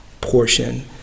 portion